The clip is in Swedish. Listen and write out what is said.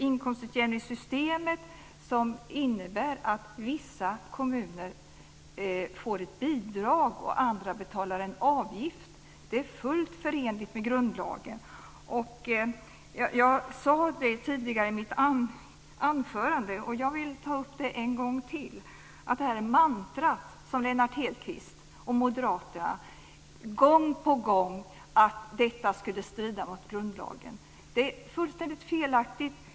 Inkomstutjämningssystemet innebär att vissa kommuner får ett bidrag och att andra betalar en avgift. Det är fullt förenligt med grundlagen. Jag sade tidigare i mitt anförande något som jag vill ta upp en gång till. Det mantra som Lennart Hedquist och moderaterna gång på gång för fram att detta skulle strida mot grundlagen är fullständigt felaktigt.